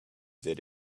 that